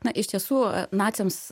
na iš tiesų naciams